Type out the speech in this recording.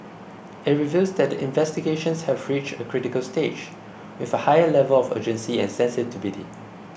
it reveals that the investigations have reached a critical stage with a higher level of urgency and sensitivity